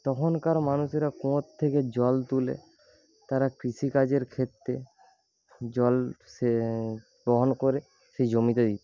তখনকার মানুষেরা কুয়োর থেকে জল তুলে তারা কৃষিকাজের ক্ষেত্রে জল বহন করে সেই জমিতে দিত